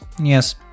yes